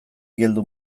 geldo